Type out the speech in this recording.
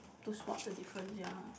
to spot the difference ya